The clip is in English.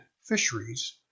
fisheries